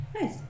Nice